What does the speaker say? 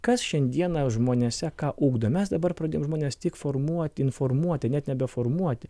kas šiandieną žmonėse ką ugdo mes dabar pradėjom žmones tik formuoti informuoti net nebeformuoti